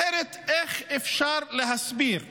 אחרת, איך אפשר להסביר שמ-48'